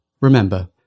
Remember